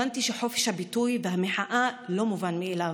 הבנתי שחופש הביטוי והמחאה לא מובן מאליו.